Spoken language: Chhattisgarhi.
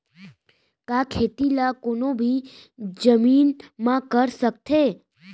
का खेती ला कोनो भी जमीन म कर सकथे?